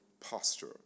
posture